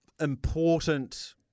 important